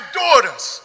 daughters